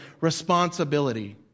responsibility